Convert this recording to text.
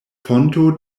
fonto